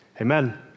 Amen